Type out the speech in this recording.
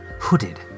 Hooded